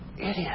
Idiot